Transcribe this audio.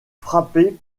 frappé